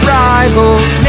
rivals